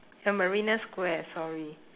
the marina square sorry